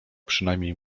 przynajmniej